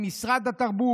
אם זה משרד התרבות,